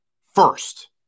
first